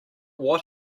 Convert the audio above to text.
what